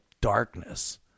darkness